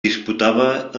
disputava